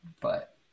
But-